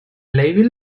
label